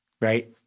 right